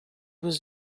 was